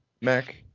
Mac